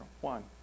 One